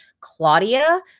Claudia